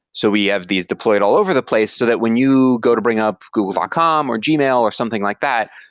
so we have these deployed all over the place so that when you go to bring up google dot com or gmail gmail or something like that,